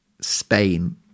spain